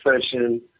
session